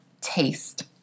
Taste